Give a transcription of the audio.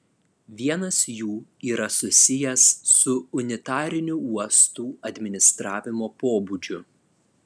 vienas jų yra susijęs su unitariniu uostų administravimo pobūdžiu